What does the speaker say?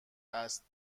است